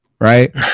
Right